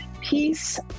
peace